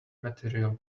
material